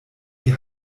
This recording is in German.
die